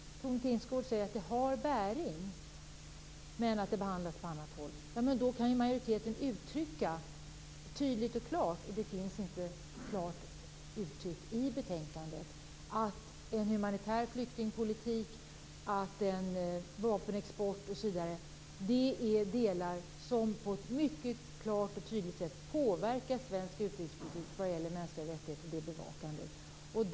Tone Tingsgård säger att det har bäring men att det behandlas på annat håll. Men då kan ju majoriteten uttrycka tydligt och klart - det finns inte klart uttryckt i betänkandet - att en humanitär flyktingpolitik och en vapenexport osv. är delar som på ett mycket klart och tydligt sätt påverkar svensk utrikespolitik vad gäller mänskliga rättigheter och att ni bevakar det.